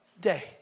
day